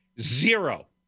zero